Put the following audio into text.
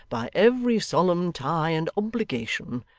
by every solemn tie and obligation,